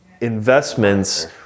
investments